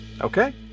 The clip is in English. Okay